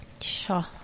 Sure